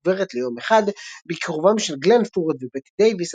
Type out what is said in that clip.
"גברת ליום אחד" בכיכובם של גלן פורד ובטי דייוויס,